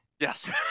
Yes